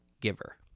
giver